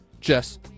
Jess